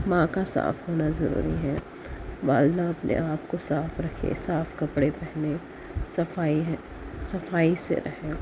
ماں کا صاف ہونا ضروری ہے ماں جب اپنے آپ کو صاف رکھے صاف کپڑے پہنے صفائی ہے صفائی سے رہے